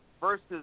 versus